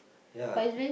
ya